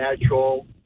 natural